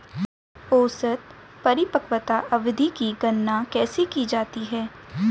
औसत परिपक्वता अवधि की गणना कैसे की जाती है?